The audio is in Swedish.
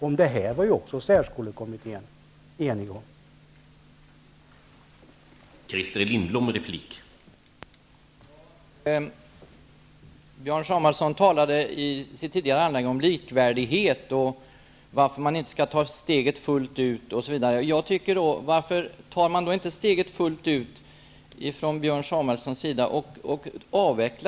Om detta var särskolekommittén också enig.